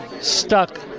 stuck